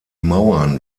mauern